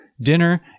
dinner